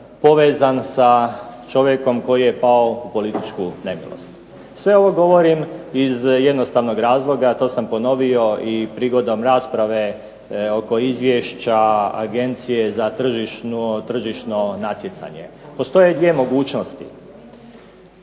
povezan sa čovjekom koji je pao u političku nemilost. Sve ovo govorim iz jednostavnog razloga to sam ponovio prigodom rasprave oko Izvješća agencije za tržišno natjecanje. Postoje dvije mogućnosti